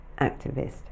activist